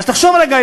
אז תחשוב רגע,